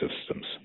systems